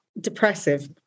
depressive